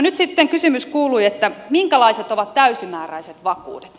nyt sitten kysymys kuului minkälaiset ovat täysimääräiset vakuudet